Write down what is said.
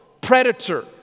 predator